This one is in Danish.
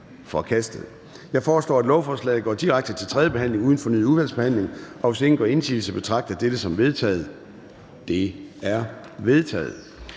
Jeg foreslår, at lovforslaget går direkte til tredje behandling uden fornyet udvalgsbehandling. Hvis ingen gør indsigelse, betragter jeg dette som vedtaget. Det er vedtaget.